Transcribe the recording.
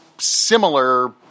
similar